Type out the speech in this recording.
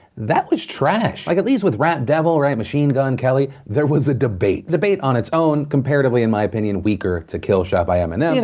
that was trash. like, at least with rap devil, right, machine gun kelly, there was a debate. debate on its own, comparatively in my opinion, weaker to killshot by eminem. you know,